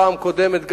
בפעם הקודמת,